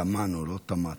תמנו, לא תמטו.